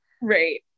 Right